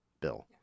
bill